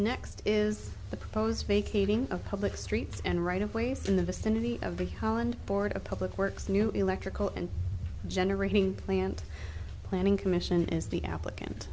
next is the proposed vacating of public streets and right of way from the vicinity of the holland board of public works new electrical and generating plant planning commission is the applicant